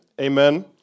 Amen